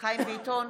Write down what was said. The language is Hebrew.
חיים ביטון,